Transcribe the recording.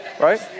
right